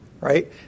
right